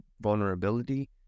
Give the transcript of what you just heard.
vulnerability